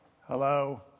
Hello